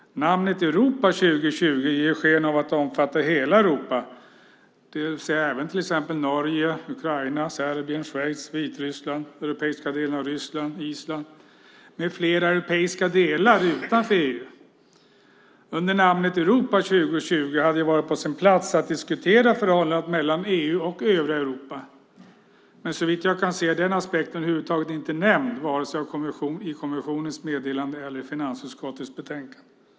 Namnet Europa 2020 ger ju sken av att det omfattar hela Europa, det vill säga även till exempel Norge, Ukraina, Serbien, Schweiz, Vitryssland, den europeiska delen av Ryssland, Island med flera europeiska delar utanför EU. Under namnet Europa 2020 hade det ju varit på sin plats att diskutera förhållandet mellan EU och övriga Europa, men såvitt jag kan se är den aspekten över huvud taget inte nämnd vare sig i kommissionens meddelande eller i finansutskottets betänkande.